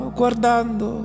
guardando